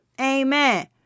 Amen